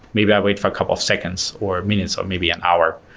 maybe i wait for a couple of seconds or minutes or maybe an hour.